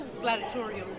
gladiatorial